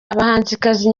abahanzikazi